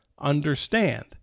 understand